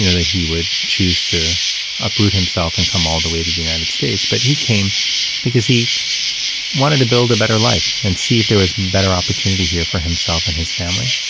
you know that he would choose to uproot himself and come all the way to the united states. but he came because he wanted to build a better life and see if there was a better opportunity here for himself and his family.